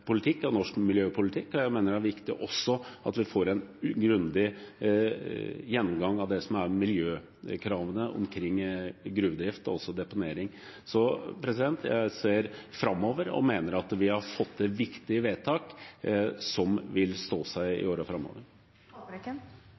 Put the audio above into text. politikk og norsk miljøpolitikk. Jeg mener det også er viktig at vi får en grundig gjennomgang av miljøkravene omkring gruvedrift og deponering. Så jeg ser framover og mener at vi har fått til viktige vedtak som vil stå seg i